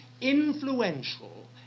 influential